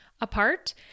apart